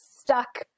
stuck